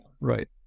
Right